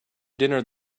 dinner